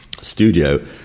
studio